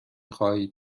خواهید